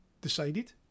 decided